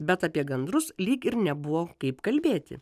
bet apie gandrus lyg ir nebuvo kaip kalbėti